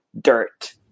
dirt